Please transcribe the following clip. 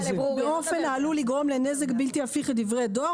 --- באופן העלול לגרום לנזק בלתי הפיך לדברי דואר